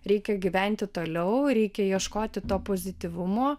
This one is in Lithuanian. reikia gyventi toliau reikia ieškoti to pozityvumo